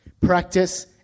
Practice